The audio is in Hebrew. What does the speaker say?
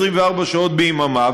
24 שעות ביממה,